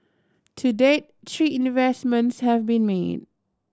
to date three investments have been made